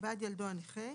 בעד ילדו הנכה,